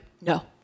No